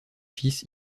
fils